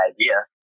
idea